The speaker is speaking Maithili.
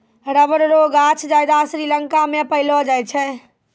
रबर रो गांछ ज्यादा श्रीलंका मे पैलो जाय छै